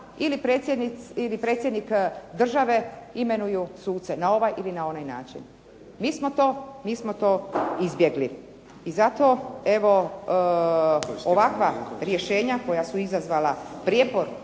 ili predsjednik države imenuju suce na ovaj ili onaj način. MI smo to izbjegli. Eto, ovakva rješenja koja su izazvala prijepor